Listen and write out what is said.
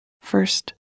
first